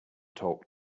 talk